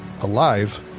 alive